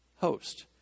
host